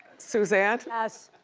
suzanne? yes.